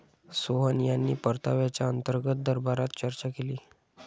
सोहन यांनी परताव्याच्या अंतर्गत दराबाबत चर्चा केली